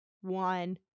one